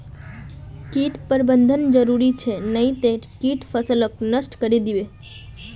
कीट प्रबंधन जरूरी छ नई त कीट फसलक नष्ट करे दीबे